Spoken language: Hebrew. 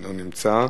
לא נמצא,